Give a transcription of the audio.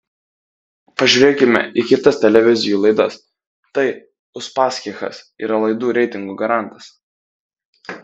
pažiūrėkime į kitas televizijų laidas tai uspaskichas yra laidų reitingų garantas